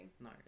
No